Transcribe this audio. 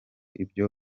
ibyo